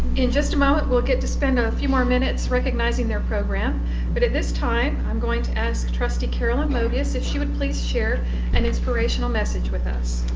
in just a moment, we'll get to spend a few more minutes recognizing their program but at this time, i'm going to ask trustee carrolyn moebius if she will please share an inspirational message with us.